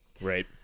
Right